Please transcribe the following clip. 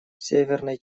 северной